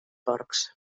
porcs